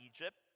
Egypt